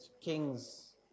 Kings